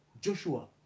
Joshua